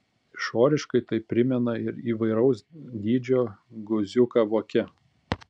išoriškai tai primena įvairaus dydžio guziuką voke